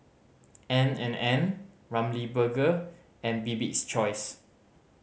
N and N Ramly Burger and Bibik's Choice